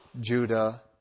Judah